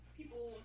people